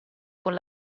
con